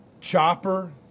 chopper